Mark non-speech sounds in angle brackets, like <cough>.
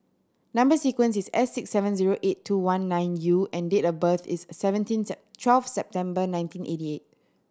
number sequence is S six seven zero eight two one nine U and date of birth is thirteen <unintelligible> twelve September nineteen eighty eight